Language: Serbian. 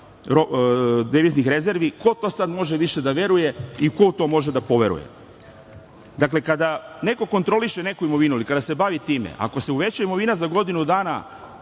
deviznih rezervi ko to sad može više da veruje i ko u to može da poveruje? Dakle, kada neko kontroliše neku imovinu ili kada se bavi time ako se uveća imovina za godinu dana,